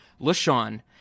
LaShawn